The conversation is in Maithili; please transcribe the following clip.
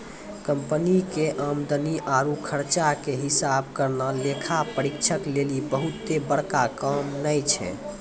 कंपनी के आमदनी आरु खर्चा के हिसाब करना लेखा परीक्षक लेली बहुते बड़का काम नै छै